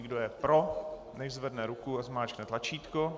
Kdo je pro, nechť zvedne ruku a zmáčkne tlačítko.